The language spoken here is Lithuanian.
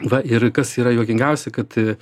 va ir kas yra juokingiausia kad